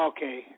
Okay